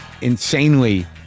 insanely